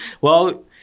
Well-